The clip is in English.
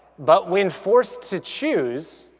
but when forced to choose,